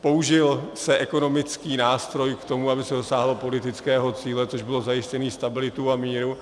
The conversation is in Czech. Použil se ekonomický nástroj k tomu, aby se dosáhlo politického cíle, což bylo zajištění stability a míru.